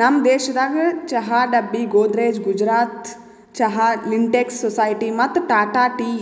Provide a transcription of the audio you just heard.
ನಮ್ ದೇಶದಾಗ್ ಚಹಾ ಡಬ್ಬಿ, ಗೋದ್ರೇಜ್, ಗುಜರಾತ್ ಚಹಾ, ಲಿಂಟೆಕ್ಸ್, ಸೊಸೈಟಿ ಮತ್ತ ಟಾಟಾ ಟೀ